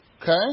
Okay